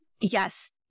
Yes